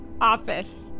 office